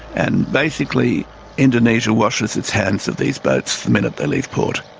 and basically indonesia washes its hands of these boats the minute they leave port.